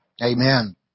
amen